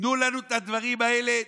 תנו לנו את הדברים האלה,